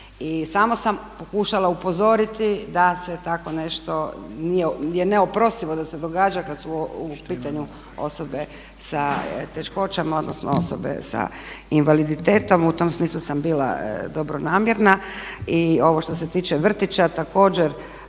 samo sam pokušala upozoriti da se tako nešto, je neoprostivo da se događa kad su u pitanju osobe sa teškoćama, odnosno osobe sa invaliditetom. U tom smislu sam bila dobronamjerna. I ovo što se tiče vrtića također